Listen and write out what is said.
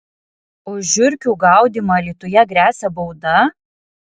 už žiurkių gaudymą alytuje gresia bauda